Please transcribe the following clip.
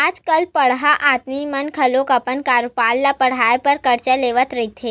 आज कल बड़हर आदमी मन घलो अपन कारोबार ल बड़हाय बर करजा लेवत रहिथे